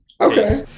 Okay